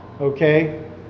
okay